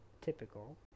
Typical